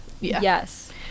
Yes